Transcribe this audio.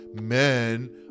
men